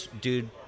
Dude